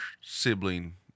sibling